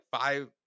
five